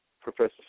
Professor